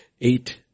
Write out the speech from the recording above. eight